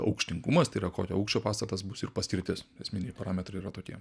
aukštingumas tai yra kokio aukščio pastatas bus ir paskirtis esminiai parametrai yra tokie